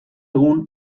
egun